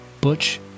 Butch